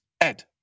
Ed